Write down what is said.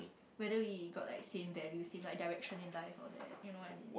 whether we got like same values same direction in life kind of thing you know what I mean